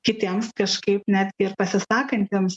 kitiems kažkaip net ir pasisakantiems